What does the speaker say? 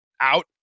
out